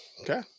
okay